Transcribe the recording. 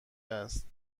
است